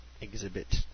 exhibit